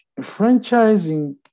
franchising